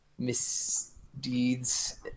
Misdeeds